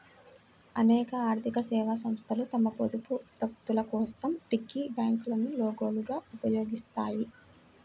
అనేక ఆర్థిక సేవా సంస్థలు తమ పొదుపు ఉత్పత్తుల కోసం పిగ్గీ బ్యాంకులను లోగోలుగా ఉపయోగిస్తాయి